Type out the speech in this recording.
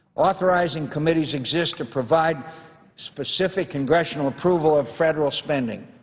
authorizing committees exist to provide specific congressional approval of federal spending.